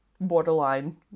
borderline